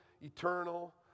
eternal